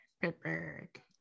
Pittsburgh